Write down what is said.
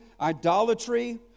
idolatry